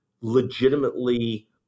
legitimately